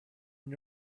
got